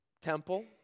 temple